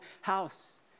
house